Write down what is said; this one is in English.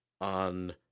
on